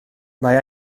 mae